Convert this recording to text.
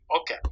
Okay